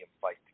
fight